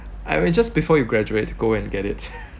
I will just before you graduate go and get it